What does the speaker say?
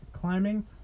Climbing